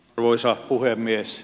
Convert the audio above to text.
arvoisa puhemies